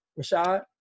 Rashad